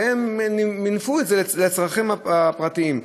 והם מינפו את זה לצרכים הפרטיים.